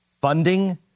funding